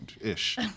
ish